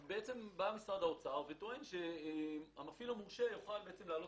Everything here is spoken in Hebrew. בא משרד האוצר וטען שהמפעיל המורשה יוכל להעלות